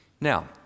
Now